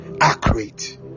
accurate